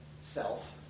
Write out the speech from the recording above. self